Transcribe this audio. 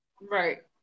right